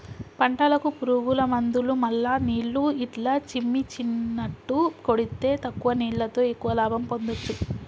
పంటలకు పురుగుల మందులు మల్ల నీళ్లు ఇట్లా చిమ్మిచినట్టు కొడితే తక్కువ నీళ్లతో ఎక్కువ లాభం పొందొచ్చు